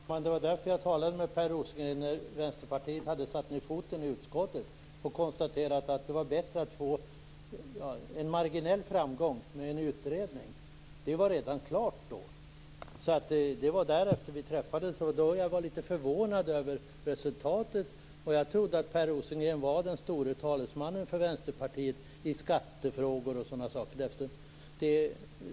Herr talman! Det var därför jag talade med Per Rosengren när Vänsterpartiet hade satt ned foten i utskottet och hade konstaterat att det var bättre att få en marginell framgång med en utredning. Det var redan klart då. Vi träffades därefter. Jag blev litet förvånad över resultatet. Jag trodde att Per Rosengren var den store talesmannen för Vänsterpartiet i skattefrågor och sådana saker.